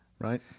Right